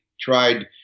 tried